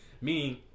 meaning